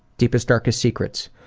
deepest, darkest secrets?